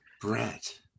Brett